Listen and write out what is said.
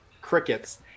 crickets